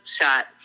Shot